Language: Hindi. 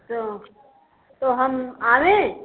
तो तो हम आवें